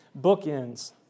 bookends